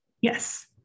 Yes